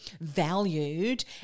valued